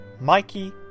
Mikey